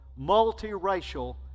multiracial